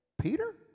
Peter